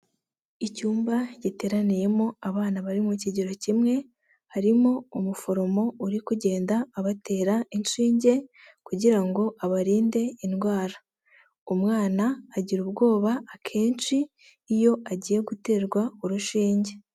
Icyumba giteraniyemo abana bari mu kigero kimwe, harimo umuforomo uri kugenda abatera inshinge kugira ngo abarinde indwara, umwana agira ubwoba akenshi iyo agiye guterwa urushinge.